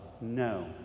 no